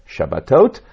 Shabbatot